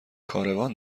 کاروان